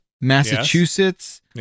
Massachusetts